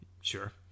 Sure